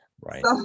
Right